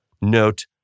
Note